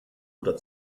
oder